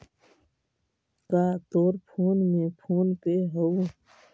का तोर फोन में फोन पे हउ?